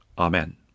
Amen